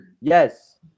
Yes